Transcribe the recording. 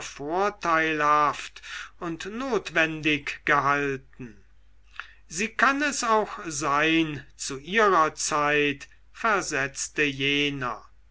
vorteilhaft und notwendig gehalten sie kann es auch sein zu ihrer zeit versetzte jener